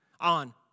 on